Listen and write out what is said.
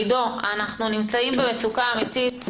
אנחנו נמצאים במצוקה אמיתית.